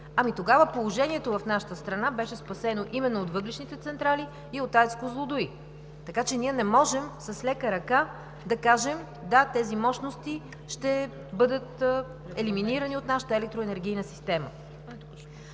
Ами тогава положението в нашата страна беше спасено именно от въглищните централи и от АЕЦ „Козлодуй“. Така че ние не можем с лека ръка да кажем: „Да, тези мощности ще бъдат елиминирани от нашата електроенергийна система.“